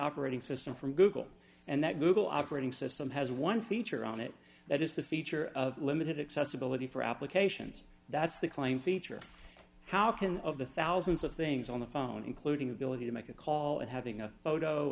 operating system from google and that google operating system has one feature on it that is the feature of limited accessibility for applications that's the claim feature how can of the thousands of things on the phone including ability to make a call and having a photo